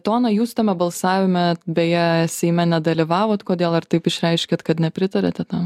toną jūs tame balsavime beje seime nedalyvavot kodėl ar taip išreiškėt kad nepritariate tam